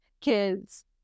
kids